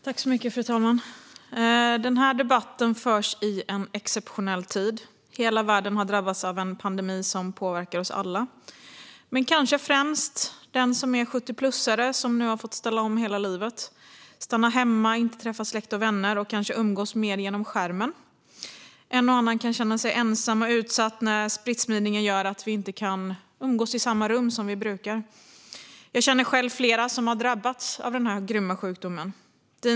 Fru talman! Denna debatt förs i en exceptionell tid. Hela världen har drabbats av en pandemi som påverkar oss alla, men kanske främst den som är 70-plussare och som nu har fått ställa om hela livet. Man måste stanna hemma, får inte träffa släkt och vänner och får kanske umgås mer genom skärmen. En och annan kan känna sig ensam och utsatt när smittspridningen gör att vi inte kan umgås i samma rum som vi brukar. Jag känner själv flera som har drabbats av denna grymma sjukdom.